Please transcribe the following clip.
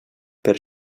per